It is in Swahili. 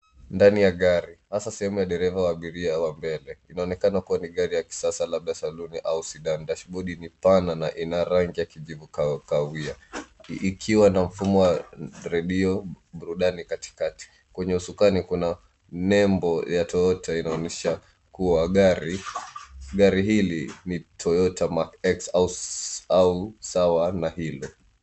Ndani ya gari, hasa sehemu ya dereva wa abiria wa mbele. Inaonekana kuwa ni gari ya kisasa labda saloon au sedan . Dashbodi ni pana na ina rangi ya kijivu kahawia, ikiwa na mfumo wa redio burudani katikati. Kwenye usukani kuna nembo ya Toyota , inaonyesha kuwa gari, gari hili ni Toyota Mark-X au sawa na hilo.